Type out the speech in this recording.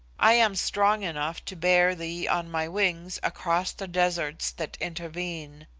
i am strong enough to bear thee on my wings across the deserts that intervene.